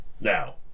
Now